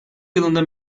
yılında